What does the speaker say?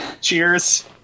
Cheers